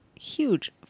huge